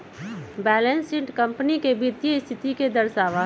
balance sheet company के वित्तीय स्थिति के दर्शावा हई